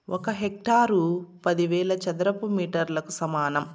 ఒక హెక్టారు పదివేల చదరపు మీటర్లకు సమానం